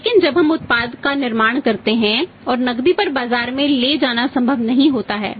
लेकिन जब हम उत्पाद का निर्माण करते हैं और नकदी पर बाजार में ले जाना संभव नहीं होता है